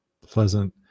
pleasant